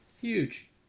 Huge